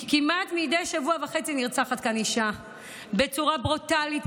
כמעט מדי שבוע וחצי נרצחת כאן אישה בצורה ברוטלית,